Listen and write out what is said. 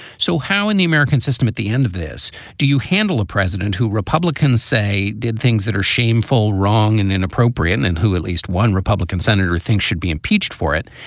so how in the american system at the end of this do you handle a president who republicans say did things that are shameful, wrong and inappropriate, and who at least one republican senator thinks should be impeached for it?